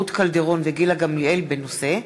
רות קלדרון וגילה גמליאל בנושא: